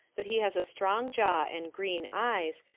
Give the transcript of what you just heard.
but he has a strong jaw and green eyes,